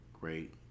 great